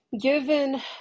given